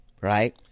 Right